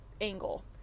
angle